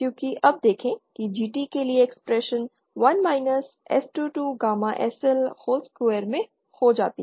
क्योंकि अब देखें कि GT के लिए expression 1 minus S22 gamma SL whole square में हो जाती है